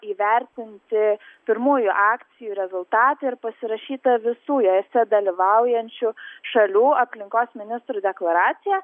įvertinti pirmųjų akcijų rezultatai ir pasirašyta visų jose dalyvaujančių šalių aplinkos ministrų deklaracija